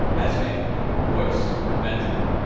esme and boyce benjamin,